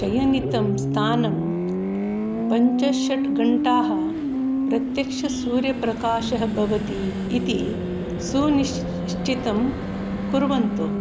चयनितं स्थानं पञ्चषट् घण्टाः प्रत्यक्षसूर्यप्रकाशः भवति इति सुनिश्चितं कुर्वन्तु